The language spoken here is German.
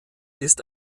ist